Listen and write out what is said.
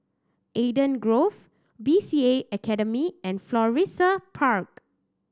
Eden Grove B C A Academy and Florissa Park